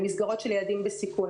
למסגרות של ילדים בסיכון.